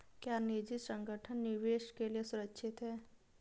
क्या निजी संगठन निवेश के लिए सुरक्षित हैं?